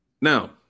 Now